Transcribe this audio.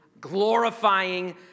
glorifying